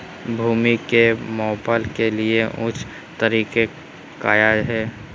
भूमि को मैपल के लिए ऊंचे तरीका काया है?